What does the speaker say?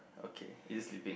okay is it sleeping